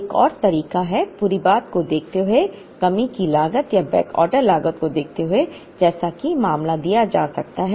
एक और तरीका है पूरी बात को देखते हुए कमी की लागत या बैकऑर्डर लागत को देखते हुए जैसा कि मामला दिया जा सकता है